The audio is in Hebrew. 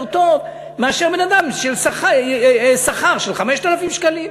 טוב מאשר בן-אדם עם שכר של 5,000 שקלים,